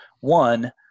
One